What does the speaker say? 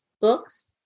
books